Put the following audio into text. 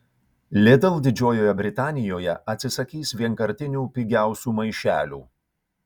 lidl didžiojoje britanijoje atsisakys vienkartinių pigiausių maišelių